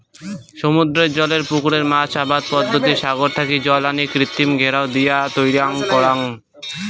সমুদ্রের জলের পুকুরে মাছ আবাদ পদ্ধতিত সাগর থাকি জল আনি কৃত্রিম ঘেরাও দিয়া তৈয়ার করাং